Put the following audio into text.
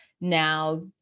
now